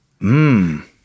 Mmm